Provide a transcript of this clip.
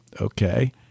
okay